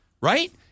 right